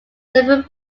several